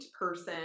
person